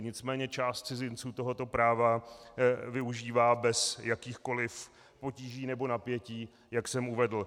Nicméně část cizinců tohoto práva využívá bez jakýchkoliv potíží nebo napětí, jak jsem uvedl.